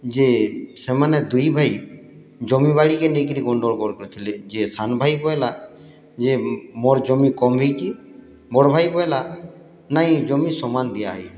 ଯେ ସେମାନେ ଦୁଇ ଭାଇ ଜମି ବାଡ଼ିକେ ନେଇକିରି ଗଣ୍ଡଗୋଳ କରିଥିଲେ ଯେ ସାନ ଭାଇ କହେଲା ଯେ ମୋର୍ ଜମି କମ୍ ହେଇଚି ବଡ଼ ଭାଇ କହେଲା ନାଇଁ ଜମି ସମାନ୍ ଦିଆହେଇଛେ